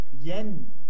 Yen